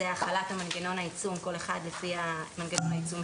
זה החלת מנגנון העיצום, כל אחד לפי מנגנון העיצום.